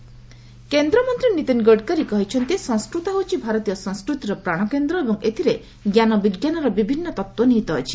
ଗଡ଼କରୀ କେନ୍ଦ୍ରମନ୍ତ୍ରୀ ନୀତିନ ଗଡ଼କରୀ କହିଛନ୍ତି ସଂସ୍କୃତ ହେଉଛି ଭାରତୀୟ ସଂସ୍କୃତିର ପ୍ରାଣକେନ୍ଦ୍ର ଏବଂ ଏଥିରେ ଜ୍ଞାନ ବିଜ୍ଞାନର ବିଭିନ୍ନ ତତ୍ତ୍ୱ ନିହିତ ଅଛି